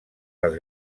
dels